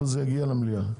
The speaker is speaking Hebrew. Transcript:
אבל זה יגיע למליאה.